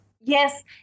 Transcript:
yes